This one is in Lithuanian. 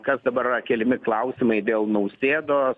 kas dabar yra keliami klausimai dėl nausėdos